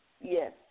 Yes